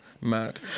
mad